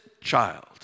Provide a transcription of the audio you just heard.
child